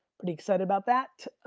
pretty excited about that,